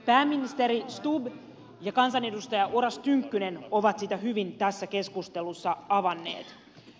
pääministeri stubb ja kansanedustaja oras tynkkynen ovat sitä hyvin tässä keskustelussa avanneet